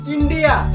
India